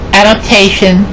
adaptation